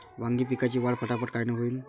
वांगी पिकाची वाढ फटाफट कायनं होईल?